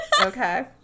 Okay